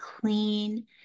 clean